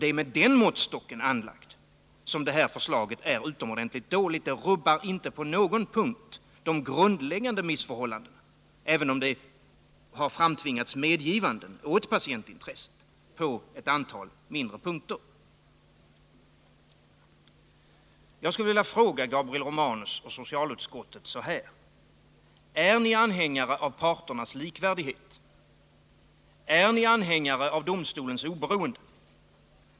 Det är med den måttstocken som det här förslaget är utomordentligt dåligt. Det rubbar inte på någon punkt de grundläggande missförhållandena 85 —- även om det har framtvingats medgivanden till förmån för patientintressen på ett mindre antal punkter. Jag skulle vilja fråga Gabriel Romanus och socialutskottet: Är ni anhängare av principen om parternas likvärdighet? Är ni anhängare av principen om domstols oberoende?